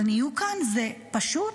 אבל נהיה כאן, זו פשוט